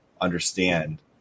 understand